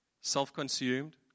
self-consumed